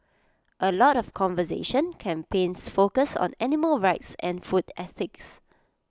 A lot of conservation campaigns focus on animal rights and food ethics